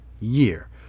year